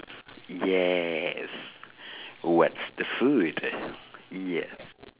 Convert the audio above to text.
yes what's the food yeah